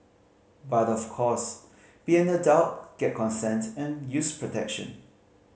but of course please be an adult get consent and use protection